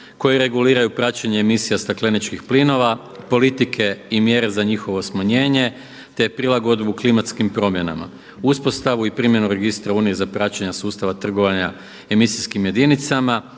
koji reguliraju praćenje emisija stakleničkih plinova, politike i mjere za njihovo smanjenje, te prilagodbu klimatskim promjenama, uspostavu i primjenu registra Unije za praćenja sustava trgovanja emisijskim jedinicama,